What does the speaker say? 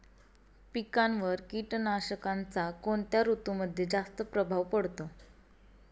पिकांवर कीटकनाशकांचा कोणत्या ऋतूमध्ये जास्त प्रभाव पडतो?